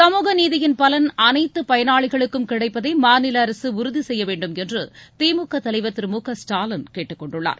சமூக நீதியின் பலன் அனைத்து பயனாளிகளுக்கும் கிடைப்பதை மாநில அரசு உறுதி செய்ய வேண்டும் என்று திமுக தலைவர் திரு மு க ஸ்டாலின் கேட்டுக்கொண்டுள்ளார்